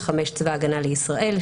(5)צבא הגנה לישראל,